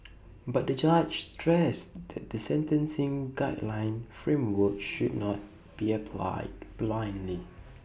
but the judge stressed that the sentencing guideline framework should not be applied blindly